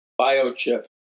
biochip